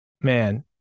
Man